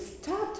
start